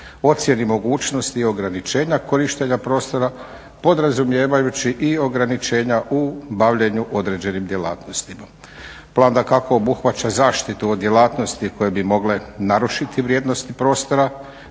ocjeni mogućnosti ograničenja korištenja prostora podrazumijevajući i ograničenja u bavljenju određenim djelatnostima. Plan dakako obuhvaća i zaštitu od djelatnosti koje bi mogle narušiti vrijednosti prostora,